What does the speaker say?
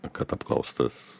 kad apklaustas